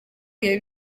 bihe